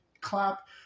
clap